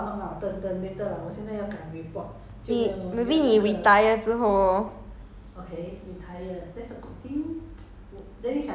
so 你要 ah 我可以你教你 lah but 你应该是不会的你 maybe 你 retire 之后 lor